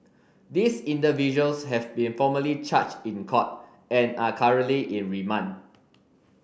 these individuals have been formally charged in court and are currently in remand